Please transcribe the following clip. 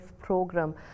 program